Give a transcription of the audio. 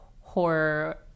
horror